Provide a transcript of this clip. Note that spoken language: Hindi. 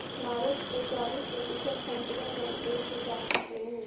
भारत के चालिस प्रतिशत संतरे मैडरीन प्रजाति के हैं